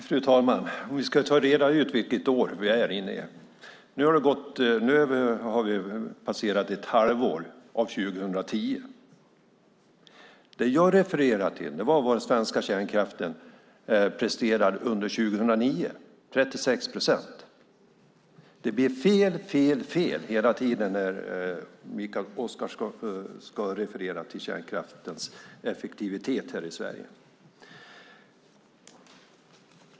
Fru talman! Låt oss reda ut vilket år vi har. Nu har det passerat ett halvår av 2010. Jag refererade till vad den svenska kärnkraften presterade under 2009. Det var 36 procent. Det blir fel, fel, fel hela tiden när Mikael Oscarsson ska tala om kärnkraftens effektivitet här i Sverige.